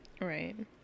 Right